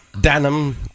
Denim